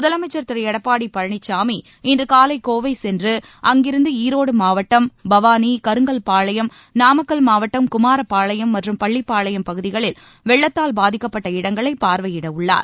முதலமைச்சர் திரு எடப்பாடி பழனிசாமி இன்று காலை கோவை சென்று அங்கிருந்து ஈரோடு மாவட்டம் பவானி கருங்கல்பாளையம் நாமக்கல் மாவட்டம் குமாரப் பாளையம் மற்றும் பள்ளிப்பாளையம் பகுதிகளில் வெள்ளத்தால் பாதிக்கப்பட்ட இடங்களை பார்வையிட உள்ளார்